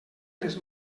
les